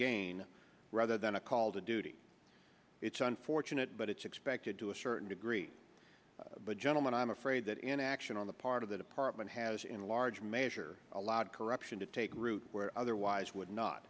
gain rather than a call to duty it's unfortunate but it's expected to a certain degree but gentlemen i'm afraid that inaction on the part of the department has in large measure allowed corruption to take root where otherwise would not